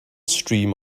stream